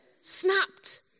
snapped